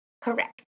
Correct